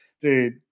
Dude